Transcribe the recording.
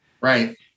Right